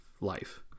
life